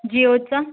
जिओचा